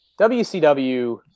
WCW